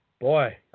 boy